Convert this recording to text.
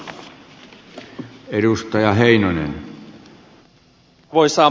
arvoisa puhemies